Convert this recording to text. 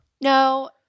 No